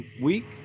week